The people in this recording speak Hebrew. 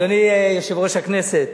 אדוני יושב-ראש הכנסת,